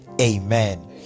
amen